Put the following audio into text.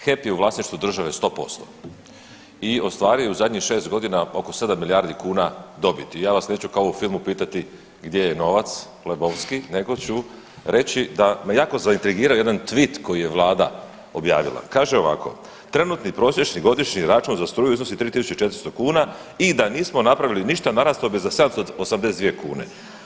HEP je u vlasništvu države 100% i ostvario je u zadnjih šest godina oko 7 milijardi kuna dobiti i ja vas neću kao u filmu pitati, gdje je novac Lebovski nego ću reći da me jako zaintrigirao jedan twitt koji je Vlada objavila, kaže ovako trenutni prosječni godišnji račun za struju iznosi 3.400 kuna i da nismo napravili ništa narastao bi za 782 kune.